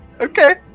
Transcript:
Okay